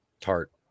Tart